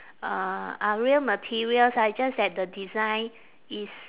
uh are real materials ah just that the design is